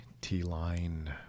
T-line